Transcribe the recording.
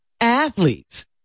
athletes